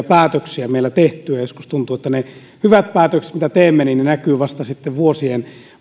päätöksiä meillä tehtyä joskus tuntuu että ne hyvät päätökset joita teemme näkyvät vasta sitten vuosien